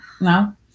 no